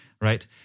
right